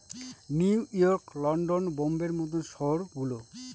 new York, London, বোম্বের মত শহর গুলো